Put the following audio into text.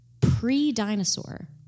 pre-dinosaur